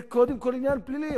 זה קודם כול עניין פלילי.